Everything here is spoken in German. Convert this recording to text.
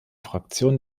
fraktion